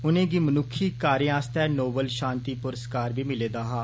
उनेंगी मनुक्खी कार्य आस्तै नोबल शांति पुरस्कार बी मिले दा हा